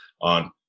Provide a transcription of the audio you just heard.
on